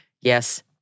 Yes